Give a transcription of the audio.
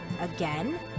again